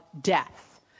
death